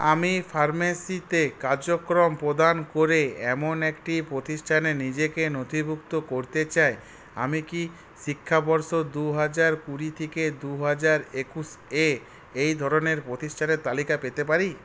আমি ফার্মেসিতে কার্যক্রম প্রদান করে এমন একটি প্রতিষ্ঠানে নিজেকে নথিভুক্ত করতে চাই আমি কি শিক্ষাবর্ষ দু হাজার কুড়ি থেকে দু হাজার একুশ এ এই ধরনের প্রতিষ্ঠানের তালিকা পেতে পারি